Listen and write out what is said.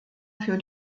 für